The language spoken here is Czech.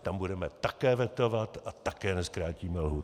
Tam budeme také vetovat a také nezkrátíme lhůty.